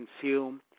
consume